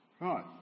Right